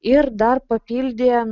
ir dar papildė